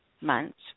months